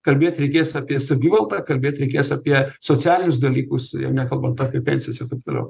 kalbėt reikės apie savivaldą kalbėt reikės apie socialinius dalykus jau nekalbant apie pensijas ir taip toliau